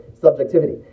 subjectivity